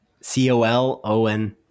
C-O-L-O-N